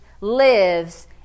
lives